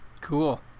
Cool